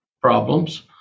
problems